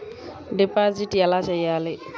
Deposit ఎలా చెయ్యాలి?